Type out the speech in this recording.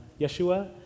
Yeshua